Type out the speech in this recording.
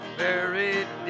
buried